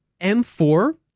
M4